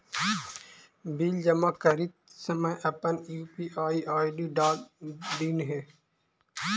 bill जमा करित समय अपन यू.पी.आई आई.डी डाल दिन्हें